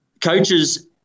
coaches